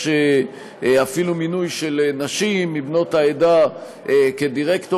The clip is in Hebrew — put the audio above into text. יש אפילו מינוי של נשים בנות העדה לדירקטוריות,